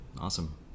awesome